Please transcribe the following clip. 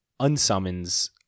unsummons